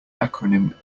acronym